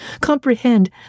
comprehend